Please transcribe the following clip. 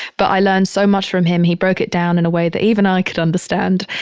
but i learned so much from him. he broke it down in a way that even i could understand.